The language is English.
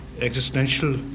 existential